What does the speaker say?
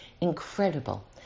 incredible